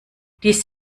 dies